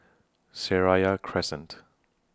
Seraya Crescent